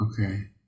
Okay